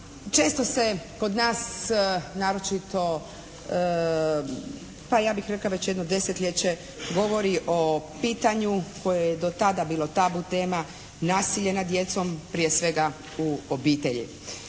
Često se kod nas, naročito pa ja bih rekla već jedno desetljeće govori o pitanju koje je do tada bilo tabu tema nasilje nad djecom prije svega u obitelji.